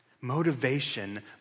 motivation